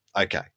Okay